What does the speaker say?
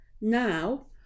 Now